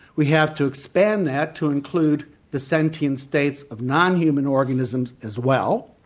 we have to expand that to include the sentient states of non-human organisms as well.